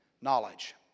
knowledge